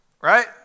Right